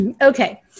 Okay